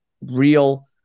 real